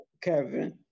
Kevin